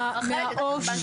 מהעו"ש.